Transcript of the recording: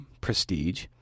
prestige